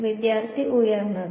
വിദ്യാർത്ഥി ഉയർന്നത്